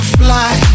fly